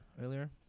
earlier